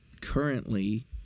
currently